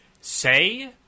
Say